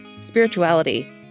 spirituality